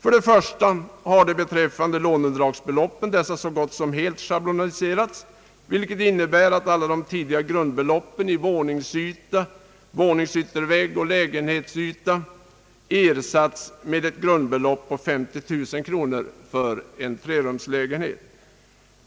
För det första har låneunderlagsbeloppen så gott som helt schabloniserats, vilket innebär att alla de tidigare grundbeloppen för våningsyta, våningsyttervägg och lägenhetsyta ersatts med ett grundbelopp på 50000 kronor för en trerumslägenhet.